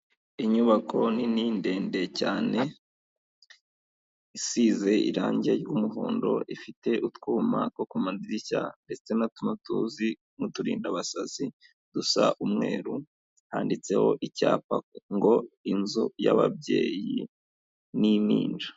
Inyubako nini ndende cyane, isize irangi ry'umuhondo ifite utwuma two ku madirishya ndetse na tuno tuzi nk'uturindabasazi dusa umweru, handitseho icyapa ngo inzu y'ababyeyi n'impinja.